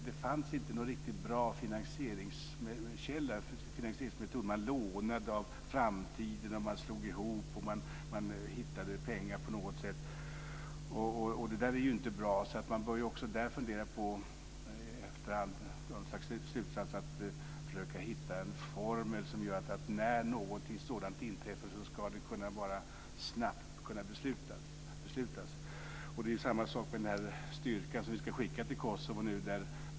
Det fanns inte någon riktigt bra finansieringskälla eller finansieringsmetod. Man lånade av framtiden, man slog ihop och man hittade pengar på något sätt. Det är ju inte bra, så man bör också där i efterhand fundera och dra någon slags slutsats. Man bör försöka hitta en formel som gör att när någonting sådant här inträffar ska beslut kunna fattas snabbt. Det är samma sak med den styrka som ska skickas till Kosovo nu.